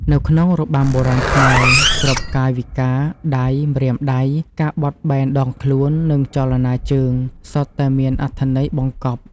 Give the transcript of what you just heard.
នៅក្នុងរបាំបុរាណខ្មែរ គ្រប់កាយវិការដៃ ម្រាមដៃ ការបត់បែនដងខ្លួន និងចលនាជើង សុទ្ធតែមានអត្ថន័យបង្កប់។